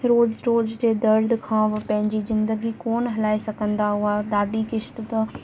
रोज़ रोज़ जे दर्द खां पंहिंजी ज़िंदगी कोन हलाए सघंदा हुआ ॾाढी किश्त त